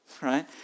Right